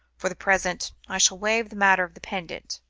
for the present i shall waive the matter of the pendant.